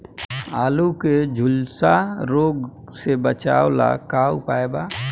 आलू के झुलसा रोग से बचाव ला का उपाय बा?